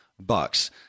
Bucks